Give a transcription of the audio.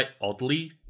oddly